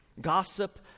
Gossip